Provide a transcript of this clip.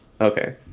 Okay